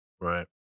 Right